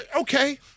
okay